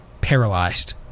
paralyzed